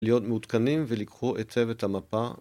‫להיות מעודכנים ולקחו היטב את המפה.